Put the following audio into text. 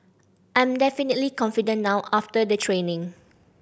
I'm definitely confident now after the training